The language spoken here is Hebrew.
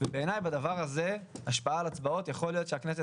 ובעיניי בדבר הזה השפעה על הצבעות יכול להיות שהכנסת